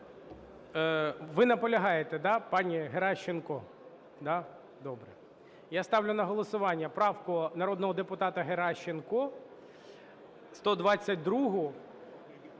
Ви наполягаєте, да, пані Геращенко? Добре. Я ставлю на голосування правку народного депутата Геращенко 122-у.